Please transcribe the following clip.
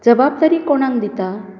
जबाबदारी कोणाक दितात